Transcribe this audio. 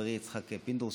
חברי יצחק פינדרוס,